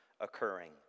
occurring